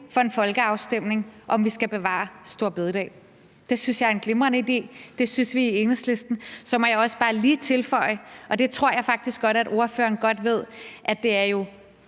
for en folkeafstemning om, om vi skal bevare store bededag. Det synes jeg er en glimrende idé, og det synes vi i Enhedslisten. Så må jeg også bare lige tilføje – og det tror jeg faktisk godt at ordføreren ved – at det jo